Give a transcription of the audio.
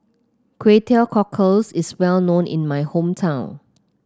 Kway Teow Cockles is well known in my hometown